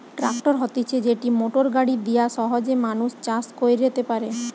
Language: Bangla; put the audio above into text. ট্র্যাক্টর হতিছে যেটি মোটর গাড়ি দিয়া সহজে মানুষ চাষ কইরতে পারে